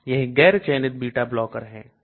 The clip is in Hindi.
यह गैर चयनित beta blocker है